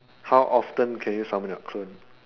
how often can you summon your clone